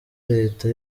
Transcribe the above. leta